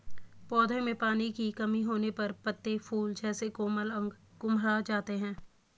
पौधों में पानी की कमी होने पर पत्ते, फूल जैसे कोमल अंग कुम्हला जाते हैं